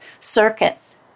circuits